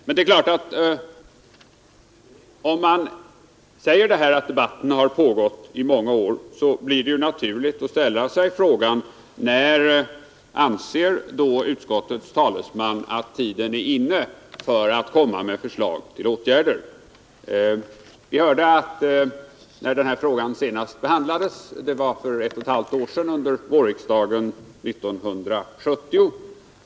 Men det är klart att om man säger att debatten har pågått i många år, så blir det naturligt att ställa frågan: När anser då utskottets talesman att tiden är inne för att framlägga förslag till åtgärder? Vi hörde att frågan senast behandlades för ett och ett halvt år sedan, under vårriksdagen 1970.